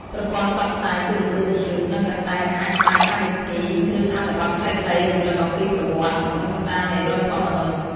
ប្រព័ន្ធផ្សព្វផ្សាយ ទូរទស្សន៍ វិទ្យុ និងកាសែតអាចផ្សាយកម្មវិធី ឬអត្ថបទខ្លីៗរំលឹកអំពីប្រវត្តិ និងខ្លឹមសារនៃរដ្ឋធម្មនុញ្ញ។